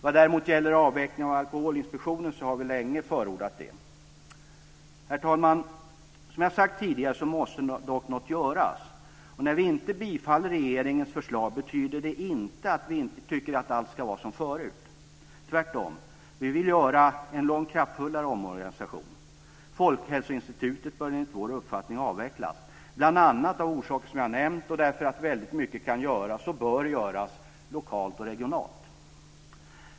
Vad däremot gäller avvecklingen av Alkoholinspektionen har vi länge förordat den. Herr talman! Som jag sagt tidigare måste dock något göras. När vi inte bifaller regeringens förslag betyder det inte att vi tycker att allt ska vara som förut. Tvärtom. Vi vill göra en långt kraftfullare omorganisation. Folkhälsoinstitutet bör enligt vår uppfattning avvecklas bl.a. av orsaker som jag nämnt och därför att väldigt mycket kan och bör göras lokalt och regionalt.